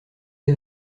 est